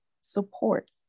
support